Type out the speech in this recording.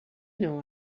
know